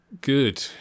good